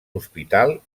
hospital